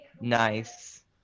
Nice